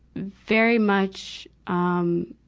very much, um,